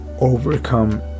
overcome